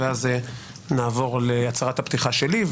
נעבור להצהרת הפתיחה שלי,